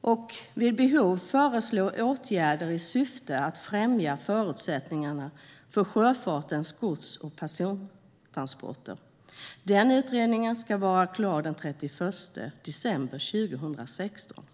och vid behov föreslå åtgärder i syfte att främja förutsättningarna för sjöfartens gods och persontransporter. Utredningen ska vara klar den 31 december 2016.